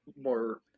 more